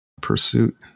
pursuit